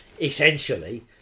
essentially